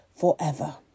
Forever